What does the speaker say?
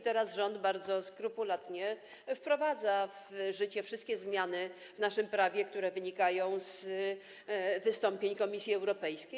Teraz rząd bardzo skrupulatnie wprowadza w życie wszystkie zmiany w naszym prawie, które wynikają z wystąpień Komisji Europejskiej.